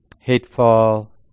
hateful